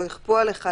לא יכפו עליך,